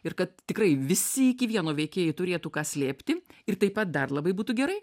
ir kad tikrai visi iki vieno veikėjai turėtų ką slėpti ir taip pat dar labai būtų gerai